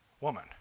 woman